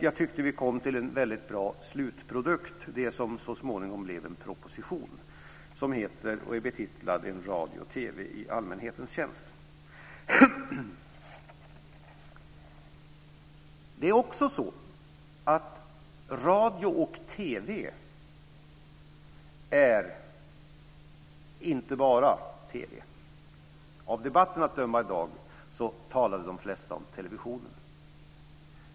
Jag tyckte att vi kom till en mycket bra slutprodukt, det som så småningom blev en proposition som är betitlad Radio och Det är också så att radio och TV inte bara är TV. Av debatten att döma talade de flesta i dag om televisionen.